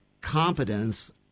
competence